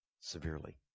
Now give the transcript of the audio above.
severely